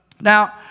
Now